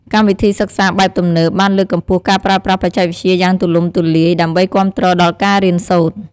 កម្មវិធីសិក្សាបែបទំនើប បានលើកកម្ពស់ការប្រើប្រាស់បច្ចេកវិទ្យាយ៉ាងទូលំទូលាយដើម្បីគាំទ្រដល់ការរៀនសូត្រ។